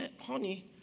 Honey